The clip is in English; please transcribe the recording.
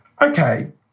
Okay